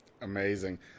Amazing